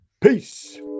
peace